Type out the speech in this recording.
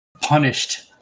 punished